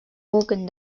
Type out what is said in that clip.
organ